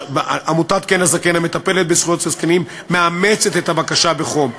עמותת "כן לזקן" המטפלת בזכויות של זקנים מאמצת את הבקשה בחום.